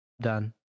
Done